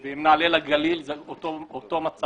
אם נעלה לגליל, אותו מצב.